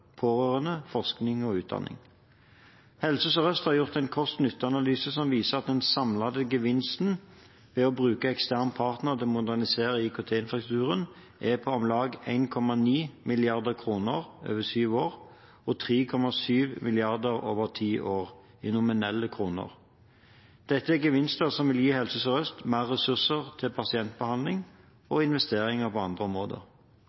pårørende, forskning og utdanning. Helse Sør-Øst har gjort en kost-nytte-analyse som viser at den samlede gevinsten ved å bruke ekstern partner til å modernisere IKT-infrastrukturen er på om lag 1,9 mrd. kr over sju år og 3,7 mrd. kr over ti år i nominelle kroner. Dette er gevinster som vil gi Helse Sør-Øst mer ressurser til pasientbehandling og investeringer på andre områder.